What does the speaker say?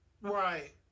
Right